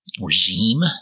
regime